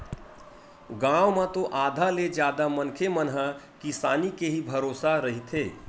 गाँव म तो आधा ले जादा मनखे मन ह किसानी के ही भरोसा रहिथे